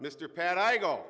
mr pat i go